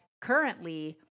currently